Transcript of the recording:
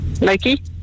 Nike